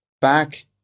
Back